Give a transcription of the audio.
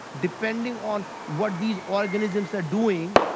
depending on what these organisms are doing,